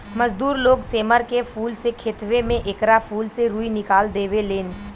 मजदूर लोग सेमर के फूल से खेतवे में एकरा फूल से रूई निकाल देवे लेन